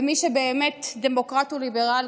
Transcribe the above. ומי שבאמת דמוקרט וליברל,